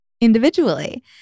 individually